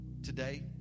Today